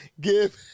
give